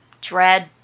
dread